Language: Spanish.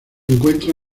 encuentra